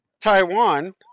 Taiwan